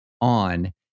on